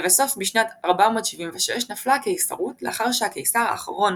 לבסוף בשנת 476 נפלה הקיסרות לאחר שהקיסר האחרון